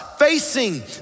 facing